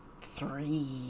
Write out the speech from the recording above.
three